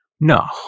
No